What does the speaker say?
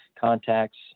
contacts